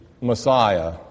Messiah